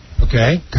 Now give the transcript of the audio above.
Okay